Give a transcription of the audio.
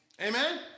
amen